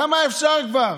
כמה אפשר כבר?